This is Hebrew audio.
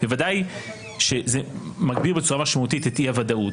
בוודאי שזה מגביר בצורה משמעותית את אי הוודאות,